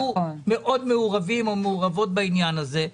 מאוד מעורבים או מעורבות בעניין הזה,